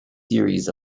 series